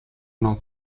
non